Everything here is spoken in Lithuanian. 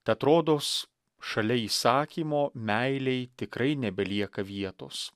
tad rodos šalia įsakymo meilei tikrai nebelieka vietos